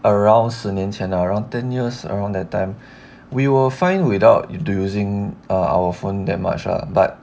around 十年前啊 around ten years around that time we were fine without using err our phone that much but